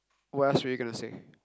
what else were you gonna say